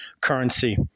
currency